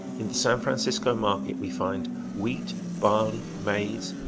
in the san francisco market we find wheat, barley, maize,